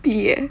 毕业